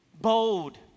bold